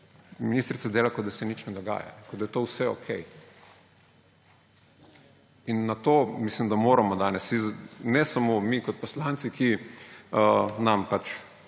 ministrica dela, kot da se nič ne dogaja, kot da je to vse okej. Na to, mislim, da moramo danes, ne samo mi kot poslanci, ki nam pač